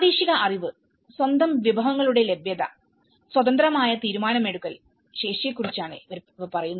പ്രാദേശിക അറിവ് സ്വന്തം വിഭവങ്ങളുടെ ലഭ്യത സ്വതന്ത്രമായ തീരുമാനമെടുക്കൽ ശേഷിയെക്കുറിച്ചാണ് ഇവ പറയുന്നത്